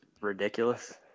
ridiculous